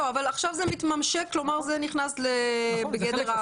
אבל עכשיו זה מתממשק, כלומר, זה נכנס בגדר העבודה.